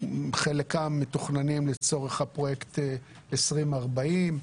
חלקם מתוכננים לצורך הפרויקט 2040,